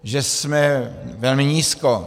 Že jsme velmi nízko.